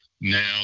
Now